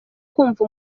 kumva